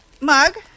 mug